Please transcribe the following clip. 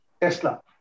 Tesla